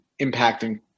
impacting